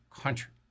country